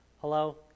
hello